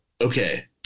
okay